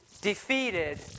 defeated